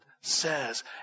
says